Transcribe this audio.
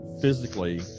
physically